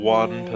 one